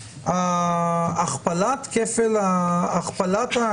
שההצעה שלכם היא שבתקיפה שבה אין חבלה תהיה הכפלה של